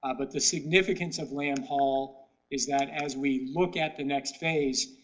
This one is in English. ah but the significance of lamb hall is that, as we look at the next phase,